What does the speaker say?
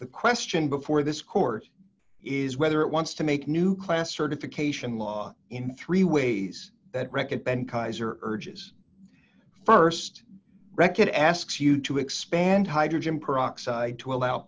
the question before this court is whether it wants to make new class certification law in three ways that wreckage benckiser urges st wreck it asks you to expand hydrogen peroxide to allow